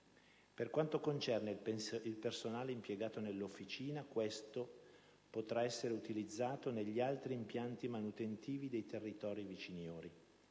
Per quanto concerne il personale impiegato nell'Officina, questo potrà essere utilizzato negli altri impianti manutentivi dei territori viciniori